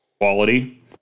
quality